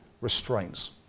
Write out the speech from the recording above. restraints